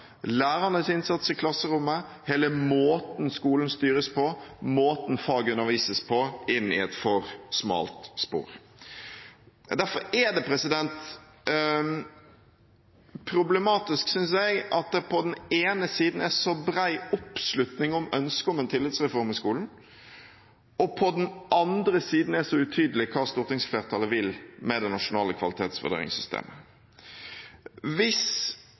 lærernes innsats i klasserommet, hele måten skolen styres på og måten faget undervises på inn i et for smalt spor. Derfor er det problematisk, synes jeg, at det på den ene siden er så bred oppslutning om ønsket om en tillitsreform i skolen og på den andre siden er så utydelig hva stortingsflertallet vil med det nasjonale kvalitetsvurderingssystemet. Hvis